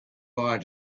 bye